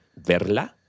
verla